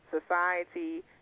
society